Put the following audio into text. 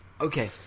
Okay